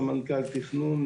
סמנכ"ל תכנון,